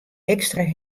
ekstra